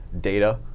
data